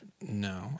No